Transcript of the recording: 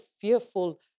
fearful